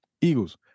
Eagles